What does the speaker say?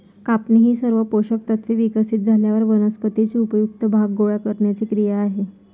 कापणी ही सर्व पोषक तत्त्वे विकसित झाल्यावर वनस्पतीचे उपयुक्त भाग गोळा करण्याची क्रिया आहे